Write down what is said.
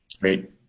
Great